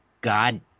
God